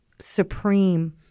supreme